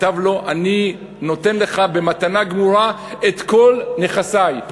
כתב לו: אני נותן לך במתנה גמורה את כל נכסי,